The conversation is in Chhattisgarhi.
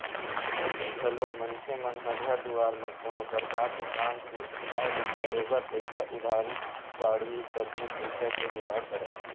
पहिली घलो मनखे मन ह घर दुवार म कोनो परकार के काम के आय ले बरोबर पइसा उधारी बाड़ही करके पइसा के जुगाड़ करय